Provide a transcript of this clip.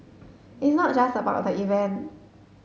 it's not just about the event